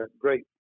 great